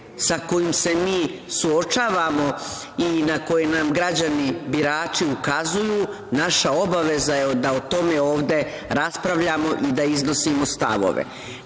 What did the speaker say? sa kojima se mi suočavamo i na koje nam građani, birači ukazuju, naša obaveza je da o tome ovde raspravljamo i da iznosimo stavove. Normalno